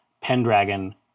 Pendragon